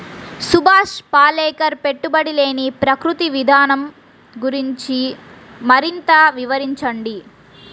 సుభాష్ పాలేకర్ పెట్టుబడి లేని ప్రకృతి విధానం గురించి మరింత వివరించండి